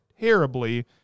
terribly